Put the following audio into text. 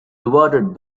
regarded